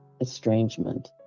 estrangement